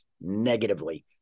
negatively